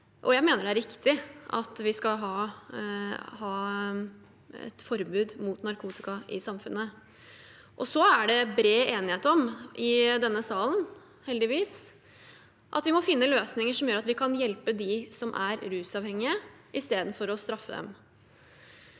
jeg mener det er riktig at vi skal ha et forbud mot narkotika i samfunnet. Så er det i denne salen heldigvis bred enighet om at vi må finne løsninger som gjør at vi kan hjelpe de som er rusavhengig, istedenfor å straffe dem.